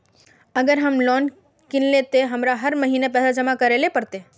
अगर हम लोन किनले ते की हमरा हर महीना पैसा जमा करे ले पड़ते?